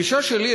הגישה שלי,